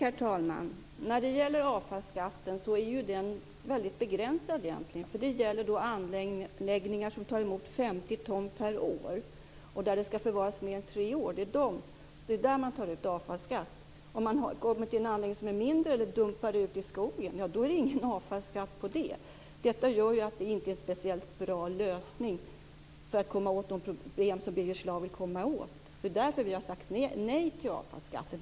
Herr talman! Avfallsskatten är egentligen väldigt begränsad. Den gäller anläggningar som tar emot 50 ton per år och där det hela ska förvaras i mer än tre år. Det är där man tar ut avfallsskatt. Om det gäller en anläggning som är mindre, eller om man dumpar avfall i skogen så är det ingen avfallsskatt på det. Detta gör att det här inte är någon speciellt bra lösning för att komma åt de problem som Birger Schlaug vill komma åt. Det är därför vi har sagt nej till avfallsskatten.